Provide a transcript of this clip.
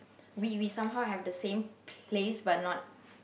we we somehow have the same place but not